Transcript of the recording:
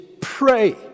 pray